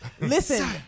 listen